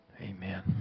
Amen